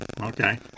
Okay